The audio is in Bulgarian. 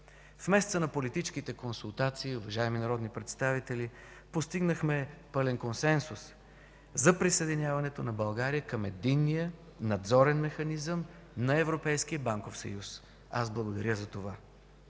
В месеца на политическите консултации, уважаеми народни представители, постигнахме пълен консенсус за присъединяването на България към Единния надзорен механизъм на Европейския банков съюз. Аз благодаря за това.